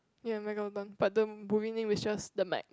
ya megalodon but the movie name is just the Meg